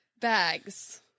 bags